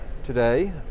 today